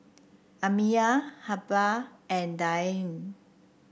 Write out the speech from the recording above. Amiyah Hubbard and Dianne